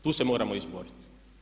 Tu se moramo izboriti.